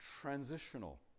transitional